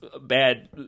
bad